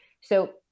So-